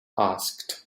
asked